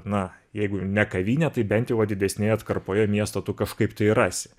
na jeigu ne kavinė tai bent jau va didesnėje atkarpoje miesto tu kažkaip tai rasi